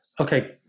Okay